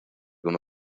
con